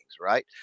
right